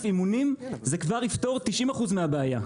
אימונים זה כבר יפתור 90 אחוז מהבעיה.